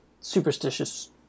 superstitious